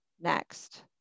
next